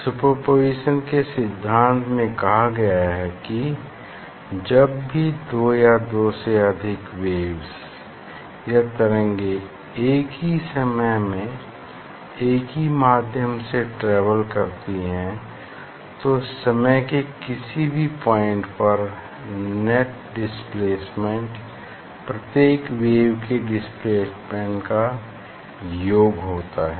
superposition के सिद्धांत में कहा गया है कि जब भी दो या दो से अधिक वेव्स या तरंगें एक ही समय में एक ही माध्यम से ट्रेवल करती हैं तो स्पेस के किसी भी पॉइंट पर नेट डिस्प्लेसमेंट प्रत्येक वेव के डिस्प्लेसमेंट का योग होता है